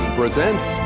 presents